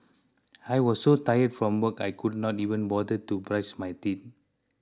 I was so tired from work I could not even bother to brush my teeth